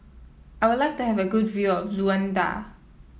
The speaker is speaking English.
I would like to have a good view of Luanda